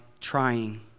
trying